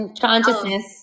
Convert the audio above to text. consciousness